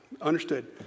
Understood